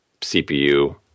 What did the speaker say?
CPU